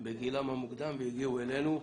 בגילם המוקדם והגיעו אלינו.